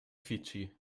fidschi